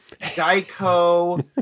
Geico